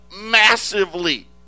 massively